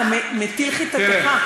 אתה מטיל חתתך.